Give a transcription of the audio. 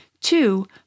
Two